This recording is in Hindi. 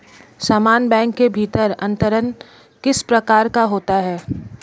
समान बैंक के भीतर अंतरण किस प्रकार का होता है?